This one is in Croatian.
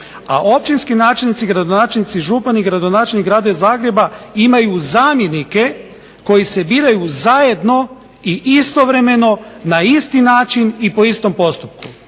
a općinski načelnici, gradonačelnici, župani i gradonačelnik Grada Zagreba imaju zamjenike koji se biraju zajedno i istovremeno na isti način i po istom postupku.